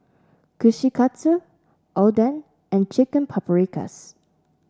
Kushikatsu Oden and Chicken Paprikas